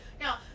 Now